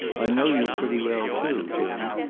i know you pretty well too, jim.